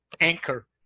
Anchor